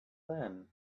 then